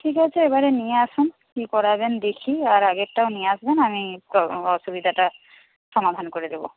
ঠিক আছে এবারে নিয়ে আসুন কি করাবেন দেখি আর আগেরটাও নিয়ে আসবেন আমি অসুবিধাটা সমাধান করে দেব